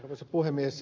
arvoisa puhemies